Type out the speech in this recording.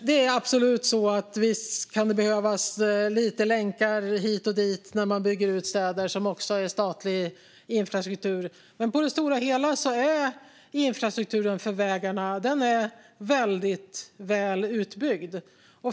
Det är absolut så när man bygger ut städer att det kan behövas lite länkar hit och dit som också är statlig infrastruktur, men på det stora hela är infrastrukturen för vägarna väldigt väl utbyggd.